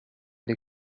dei